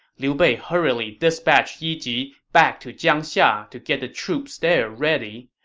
liu bei hurriedly dispatched yi ji back to jiangxia to get the troops there ready.